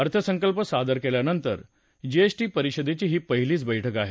अर्थसंकल्प सादर केल्यानंतर जीएसटी परिषदेची ही पहिलीच बैठक होत आहे